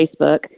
Facebook